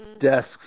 desks